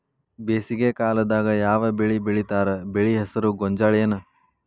ಬೇಸಿಗೆ ಕಾಲದಾಗ ಯಾವ್ ಬೆಳಿ ಬೆಳಿತಾರ, ಬೆಳಿ ಹೆಸರು ಗೋಂಜಾಳ ಏನ್?